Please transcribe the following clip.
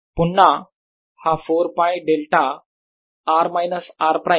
पुन्हा हा 4π delta r minus r prime